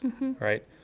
right